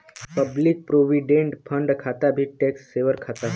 public provident fund खाता भी tax saver खाता हौ